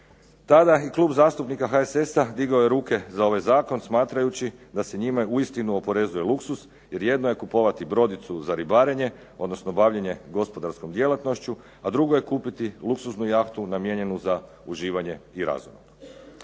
Tada i klub HSS-a digao je ruke za ovaj zakon smatrajući da se njime uistinu oporezuje luksuz jer jedno je kupovati brodicu za ribarenje odnosno bavljenje gospodarskom djelatnošću a drugo je kupiti luksuznu jahtu namijenjenu za uživanje i razonodu.